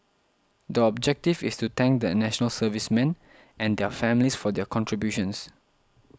the objective is to thank the National Servicemen and their families for their contributions